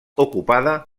ocupada